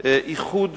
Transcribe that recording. איחוד